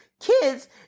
kids